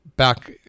Back